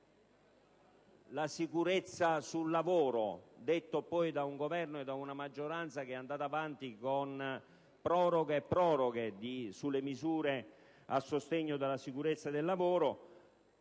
la sicurezza sul lavoro (detto poi da un Governo e da una maggioranza che sono andati avanti con proroghe e proroghe delle misure a sostegno della sicurezza del lavoro),